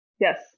Yes